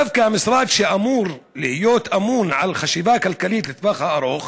דווקא המשרד שאמור להיות אמון על חשיבה כלכלית לטווח ארוך